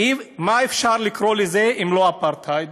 איך אפשר לקרוא לזה אם לא אפרטהייד?